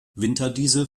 winterdiesel